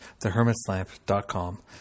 thehermitslamp.com